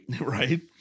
right